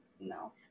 no